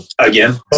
again